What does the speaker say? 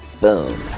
boom